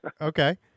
okay